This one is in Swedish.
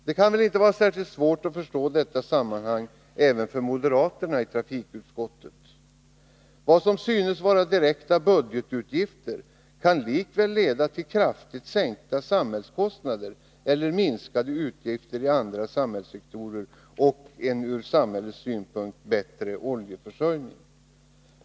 Det kan väl inte vara särskilt svårt att förstå detta sammanhang, inte heller för moderaterna i trafikutskottet. Vad som synes vara direkta budgetutgifter kan likväl leda till kraftigt sänkta samhällskostnader eller minskade utgifter i andra samhällssektorer och en ur samhällets synpunkt bättre oljeförsörjning.